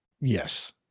yes